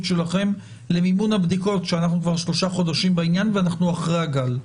שלכם למימון הבדיקות שאנחנו כבר 3 חודשים בעניין ואנחנו אחרי הגל.